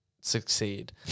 succeed